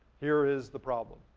here is the problem.